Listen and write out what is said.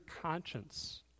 conscience